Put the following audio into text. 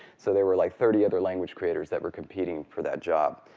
so there were like thirty other language creators that were competing for that job.